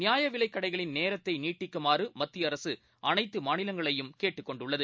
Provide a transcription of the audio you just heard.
நியாயவிலைக்கடைகளின் நேரத்தைநீட்டிக்குமாறுமத்தியஅரசுஅனைத்துமாநிலங்களையும் கேட்டுக்கொண்டுள்ளது